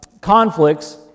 conflicts